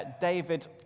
David